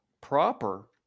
proper